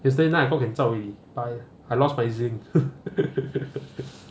yesterday night I hope can zao already but I lost my E_Z link